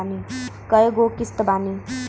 कय गो किस्त बानी?